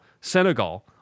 Senegal